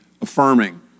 affirming